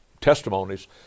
testimonies